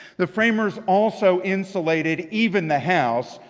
the framers also insulated even the house,